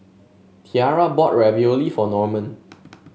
Tiarra bought Ravioli for Norman